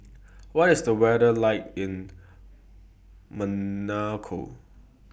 What IS The weather like in Monaco